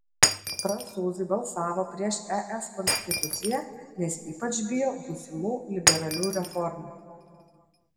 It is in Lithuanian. prancūzai balsavo prieš es konstituciją nes ypač bijo būsimų liberalių reformų